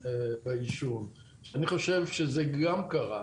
בעישון, שאני חושב שזה גם קרה.